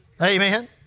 Amen